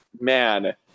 Man